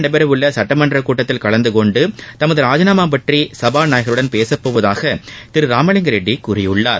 நடைபெறவுள்ள சட்டமன்றக் கூட்டத்தில் கலந்துகொண்டு தமது நாளை ராஜினாமா பற்றி சபாநாயகருடன் பேசப்போவதாக திரு ராமலிங்க ரெட்டி கூறியிருக்கிறார்